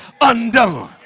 undone